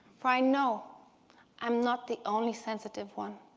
for i know i'm not the only sensitive one.